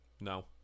No